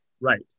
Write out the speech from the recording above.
Right